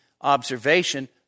observation